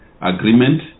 Agreement